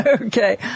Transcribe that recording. Okay